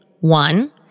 One